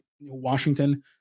Washington